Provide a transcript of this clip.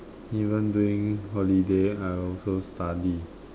even during holiday I also study